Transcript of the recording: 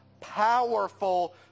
Powerful